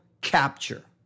Capture